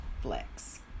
flex